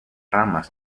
ramas